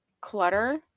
clutter